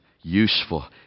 useful